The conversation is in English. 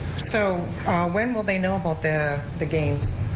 so when will they know about the the games,